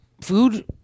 food